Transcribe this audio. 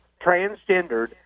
transgendered